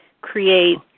create